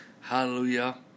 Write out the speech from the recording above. Hallelujah